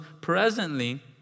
presently